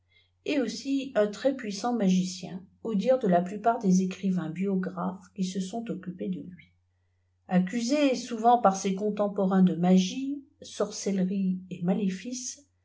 et aussi un très puissant magicien au direde la plupart des écrivains biographes qui se sont occupés de lui accusé souvent par ses contemporains de magie sorcellerie et maléfices